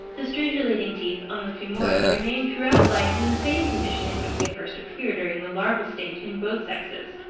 the stridulating teeth on the femora remain throughout life in the same condition in which they first appear during the larval state in both sexes.